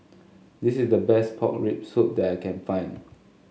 this is the best Pork Rib Soup that I can find